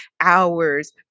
hours